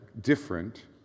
different